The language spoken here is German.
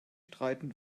streiten